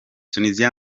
tunisia